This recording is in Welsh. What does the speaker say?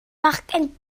fachgen